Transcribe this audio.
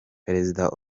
perezida